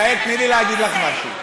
יעל, תני לי להגיד לך משהו.